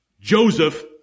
Joseph